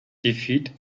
defeat